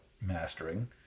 mastering